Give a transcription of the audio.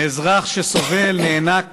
מאזרח שסובל ונאנק